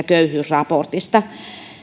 köyhyysraportista